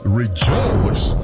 rejoice